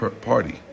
party